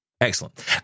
Excellent